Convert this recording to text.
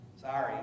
Sorry